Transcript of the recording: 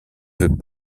veux